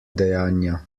dejanja